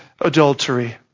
adultery